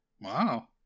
Wow